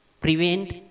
prevent